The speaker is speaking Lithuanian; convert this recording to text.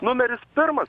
numeris pirmas